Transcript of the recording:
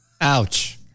Ouch